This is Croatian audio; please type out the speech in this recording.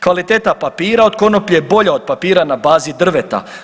Kvaliteta papira od konoplje bolja je od papira na bazi drveta.